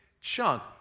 chunk